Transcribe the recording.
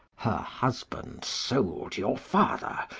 her husband sold your father,